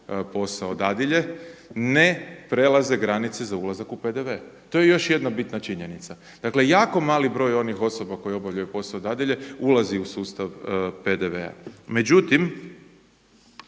posao dadilje ne prelaze granice za ulazak u PDV. To je još jedna bitna činjenica. Dakle, jako mali broj onih osoba koje obavljaju posao dadilje ulazi u sustav PDV-a. Međutim,